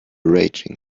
raging